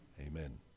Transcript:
Amen